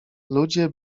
ludzie